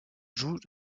jouent